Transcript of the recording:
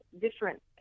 different